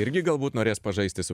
irgi galbūt norės pažaisti su